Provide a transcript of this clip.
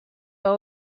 pas